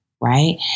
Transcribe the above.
Right